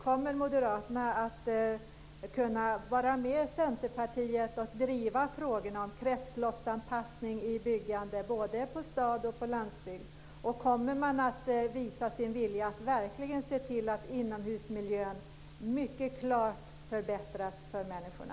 Kommer Moderaterna att kunna vara med Centerpartiet och driva frågorna om kretsloppsanpassning i byggande både i stad och på landsbygd? Kommer man att visa sin vilja att verkligen se till att inomhusmiljön mycket klart förbättras för människorna?